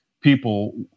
people